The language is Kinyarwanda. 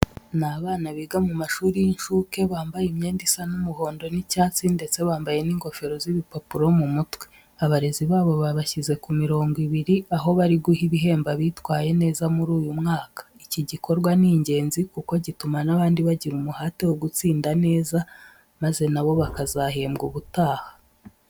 Ni abana biga mu mashuri y'inshuke, bambaye imyenda isa umuhondo n'icyatsi ndetse bambaye n'ingofero z'ibipapuro mu mutwe. Abarezi babo babashyize ku mirongo ibiri, aho bari guha ibihembo abitwaye neza muri uyu mwaka. Iki gikorwa ni ingenzi kuko gituma n'abandi bagira umuhate wo gutsinda neza maze na bo bakazahembwa ubutaha.